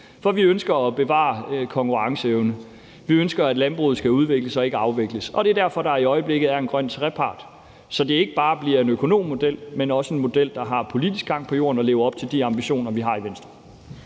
For vi ønsker at bevare konkurrenceevnen. Vi ønsker, at landbruget skal udvikles og ikke afvikles. Og det er derfor, der i øjeblikket er en grøn trepart, så det ikke bare bliver en økonommodel, men også en model, der har politisk gang på jorden og lever op til de ambitioner, vi har i Venstre.